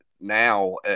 now